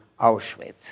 Auschwitz